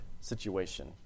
situation